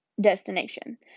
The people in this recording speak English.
destination